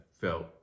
felt